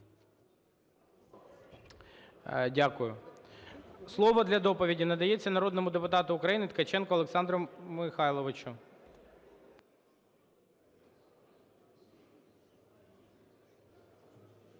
Дякую. Слово для доповіді надається народному депутату України Ткаченку Олександру Михайловичу.